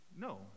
No